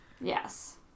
Yes